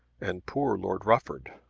and poor lord rufford!